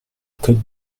code